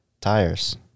Tires